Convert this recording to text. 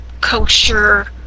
kosher